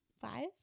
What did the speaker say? Five